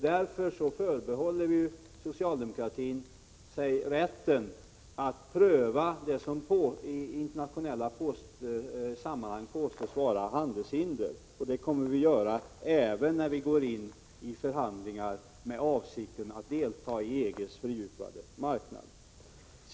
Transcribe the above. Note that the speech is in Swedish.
Därför förbehåller socialdemokratin sig rätten att pröva det som i internationella sammanhang påstås vara handelshinder. Det kommer vi att göra även när vi går in i förhandlingar med avsikten att delta i EG:s fördjupade marknad.